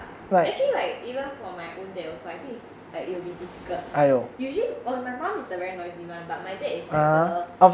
ya actually like even for my own dad I think it's will be very difficult usually oh my mom is the very noisy mom but my dad is like the